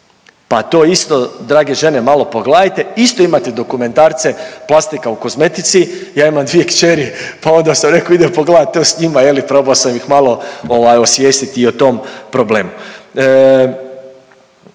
pa to isto drage žene malo pogledajte, isto imate dokumentarce „Plastika u kozmetici“, ja imam dvije kćeri, pa onda sam rekao idem pogledat to s njima je li, probao sam ih malo ovaj osvijestiti i o tom problemu.